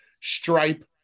stripe